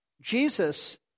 Jesus